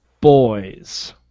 boys